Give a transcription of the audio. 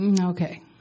Okay